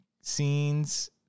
scenes